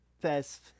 best